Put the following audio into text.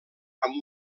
amb